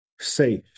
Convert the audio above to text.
safe